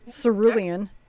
cerulean